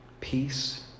Peace